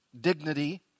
dignity